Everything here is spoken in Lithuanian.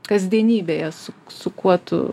kasdienybėje su su kuo tu